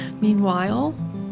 Meanwhile